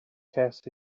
ces